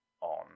on